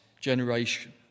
generation